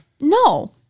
no